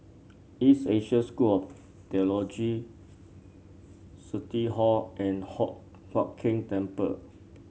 East Asia School or Theology City Hall and Hock Huat Keng Temple